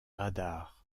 radars